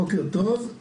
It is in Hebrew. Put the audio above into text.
בוקר טוב.